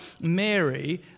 Mary